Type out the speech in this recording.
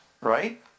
Right